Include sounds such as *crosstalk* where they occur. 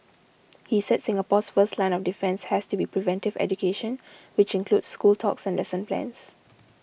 *noise* he said Singapore's first line of defence has to be preventive education which includes school talks and lesson plans